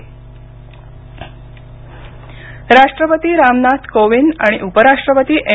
ईद राष्ट्रपती रामनाथ कोविंद आणि उप राष्ट्रपती एम